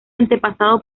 antepasado